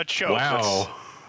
Wow